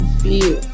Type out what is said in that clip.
feel